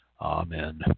Amen